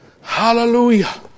Hallelujah